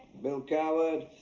bill coward?